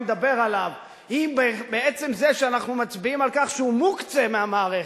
לדבר עליו היא בעצם זה שאנחנו מצביעים על כך שהוא מוקצה מהמערכת,